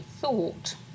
thought